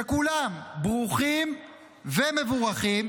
שכולם ברוכים ומבורכים,